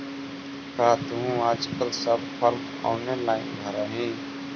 का तुहूँ आजकल सब फॉर्म ऑनेलाइन भरऽ हही?